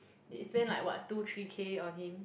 they spend like what two three K on him